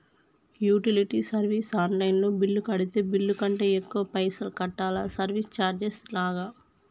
Utility service online లో bill కడితే bill కంటే ఎక్కువ పైసల్ కట్టాలా సర్వీస్ చార్జెస్ లాగా?